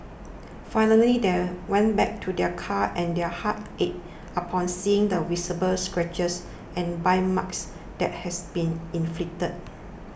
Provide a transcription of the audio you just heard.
finally they went back to their car and their hearts ached upon seeing the visible scratches and bite marks that has been inflicted